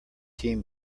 team